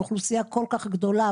על אוכלוסייה כל כך גדולה,